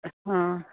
आं